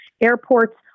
airports